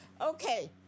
Okay